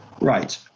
Right